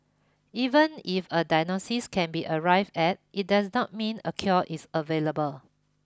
even if a diagnosis can be arrived at it does not mean a cure is available